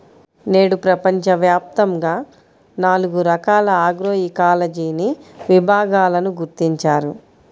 నేడు ప్రపంచవ్యాప్తంగా నాలుగు రకాల ఆగ్రోఇకాలజీని విభాగాలను గుర్తించారు